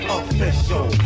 official